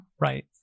right